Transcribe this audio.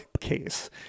case